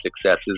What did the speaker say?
successes